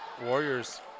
Warriors